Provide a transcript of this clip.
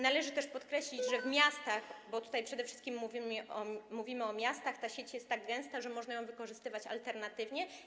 Należy też podkreślić, że w miastach - bo mówimy tutaj przede wszystkim o miastach - ta sieć jest tak gęsta, że można ją wykorzystywać alternatywnie.